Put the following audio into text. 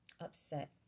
upset